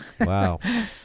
Wow